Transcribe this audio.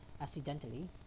Accidentally